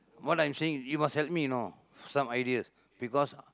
what I'm saying you must help me you know some ideas because